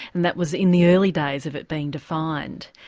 and that was in the early days of it being defined.